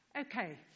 Okay